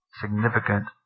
significant